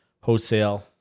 Wholesale